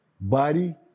body